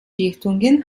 dichtungen